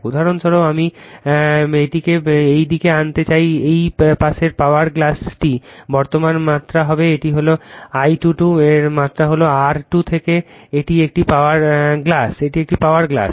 উদাহরণস্বরূপ আমি এটিকে এই দিকে আনতে চাই এই পাশের পাওয়ার গ্লাসটি বর্তমান মাত্রা হবে এটি হল I22 এর মাত্রা হল R2 থেকে এটি একটি পাওয়ার গ্লাস